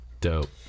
Dope